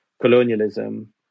colonialism